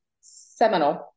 seminal